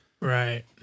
Right